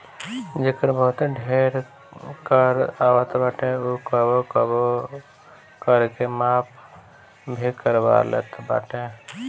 जेकर बहुते ढेर कर आवत बाटे उ कबो कबो कर के माफ़ भी करवा लेवत बाटे